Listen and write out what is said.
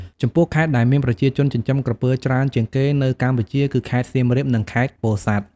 ចំពោះខេត្តដែលមានប្រជាជនចិញ្ចឹមក្រពើច្រើនជាងគេនៅកម្ពុជាគឺ ខេត្តសៀមរាប និង ខេត្តពោធិ៍សាត់។